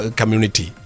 community